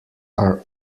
are